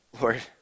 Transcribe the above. Lord